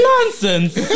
Nonsense